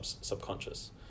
subconscious